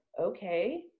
okay